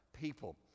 people